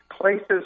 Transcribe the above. places